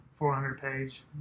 400-page